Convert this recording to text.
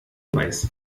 weiß